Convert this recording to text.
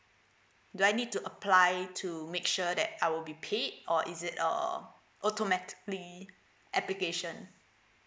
do I need to apply to make sure that I will be paid or is it a automatically application